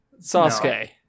Sasuke